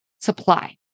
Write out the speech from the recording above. supply